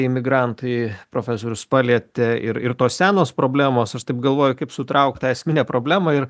imigrantai profesorius palietė ir ir tos senos problemos aš taip galvoju kaip sutrauktą esminę problemą ir